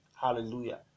Hallelujah